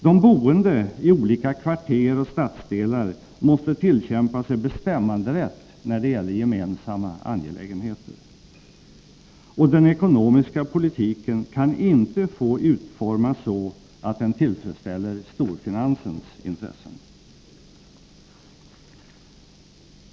De boende i olika kvarter och stadsdelar måste tillkämpa sig bestämmanderätt när det gäller gemensamma angelägenheter. Den ekonomiska politiken kan inte få utformas så att den tillfredsställer storfinansens intressen.